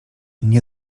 nie